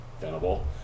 Venable